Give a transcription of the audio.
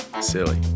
Silly